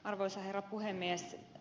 arvoisa herra puhemies